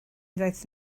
ddaeth